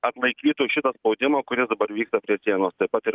atlaikytų šitą spaugimą kuris dabar vyksta prie sienos taip pat ir